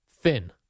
Thin